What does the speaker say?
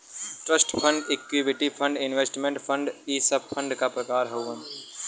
trust fund equity fund investment fund इ सब fund क प्रकार हउवन